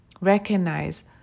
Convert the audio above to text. Recognize